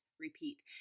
repeat